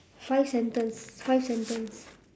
five sentence five sentence